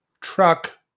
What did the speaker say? truck